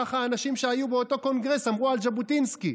ככה האנשים שהיו באותו קונגרס אמרו על ז'בוטינסקי.